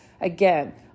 Again